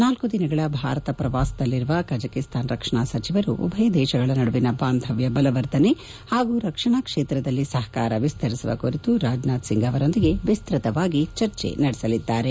ನಾಲ್ಕು ದಿನಗಳ ಭಾರತ ಪ್ರವಾಸದಲ್ಲಿರುವ ಕಜಕಸ್ತಾನ್ ರಕ್ಷಣಾ ಸಚಿವರು ಉಭಯ ದೇಶಗಳ ನಡುವಿನ ಬಾಂಧವ್ದ ಬಲವರ್ಧನೆ ಪಾಗೂ ರಕ್ಷಣಾ ಕ್ಷೇತ್ರದಲ್ಲಿನ ಸಪಕಾರ ವಿಸ್ತರಿಸುವ ಕುರಿತು ರಾಜನಾಥ್ ಸಿಂಗ್ ಅವರೊಂದಿಗೆ ವಿಸ್ತ್ವತವಾಗಿ ಚರ್ಚಿಸಲಿದ್ದಾರೆ